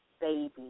baby